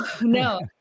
No